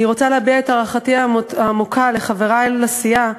אני רוצה להביע את הערכתי העמוקה לחברי לסיעה,